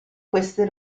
queste